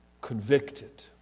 convicted